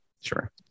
Sure